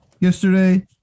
yesterday